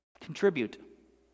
Contribute